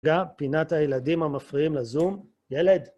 רגע, פינת הילדים המפריעים לזום. ילד!